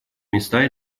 места